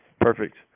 Perfect